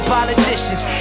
politicians